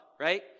right